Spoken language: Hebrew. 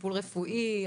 טיפול רפואי,